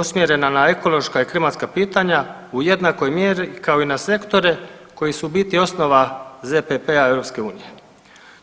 usmjerena na ekološka i klimatska pitanja u jednakoj mjeri kao i na sektore koji su u biti osnova ZPP-a Europske unije.